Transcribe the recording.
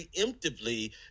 preemptively